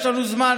יש לנו זמן,